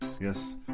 Yes